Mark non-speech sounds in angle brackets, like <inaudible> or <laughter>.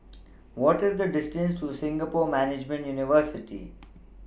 <noise> What IS The distance to Singapore Management University